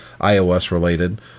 iOS-related